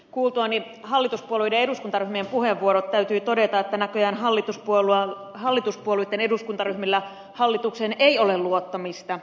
kuultuani hallituspuolueiden eduskuntaryhmien puheenvuorot täytyy todeta että näköjään hallituspuolueitten eduskuntaryhmillä hallitukseen ei ole luottamista